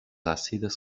àcides